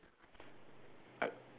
I